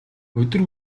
өдөр